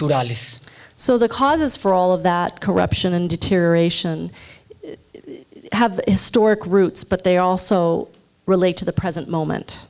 us so the causes for all of that corruption and deterioration have historic roots but they also relate to the present moment